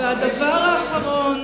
והדבר האחרון